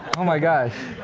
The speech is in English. oh my gosh.